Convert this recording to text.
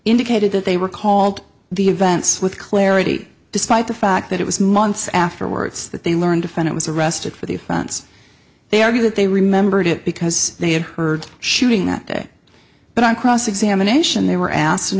indicated that they were called the events with clarity despite the fact that it was months afterwards that they learned to find it was arrested for the affronts they argue that they remembered it because they had heard shooting that day but on cross examination they were ask